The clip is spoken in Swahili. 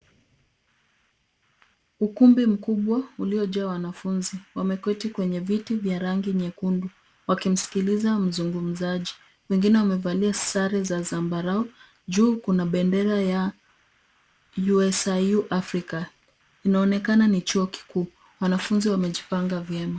Ukumbi mkubwa uliojaa wanafunzi, wameketi kwenye viti vya rangi nyekundu wakimsikiliza mzungumzaji, wengine wamevalia sare za zambarau, juu kuna bendera ya USIU Afrika, inaonekana ni chuo kikuu, wanafunzi wamejipangwa vyema.